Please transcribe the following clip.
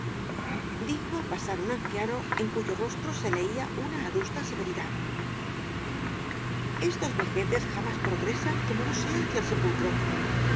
dijo al pasar un anciano en cuyo rostro se leía una adusta severidad estos vejetes jamás progresan como no sea hacia el sepulcro